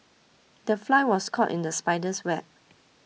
the fly was caught in the spider's web